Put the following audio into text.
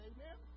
Amen